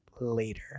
later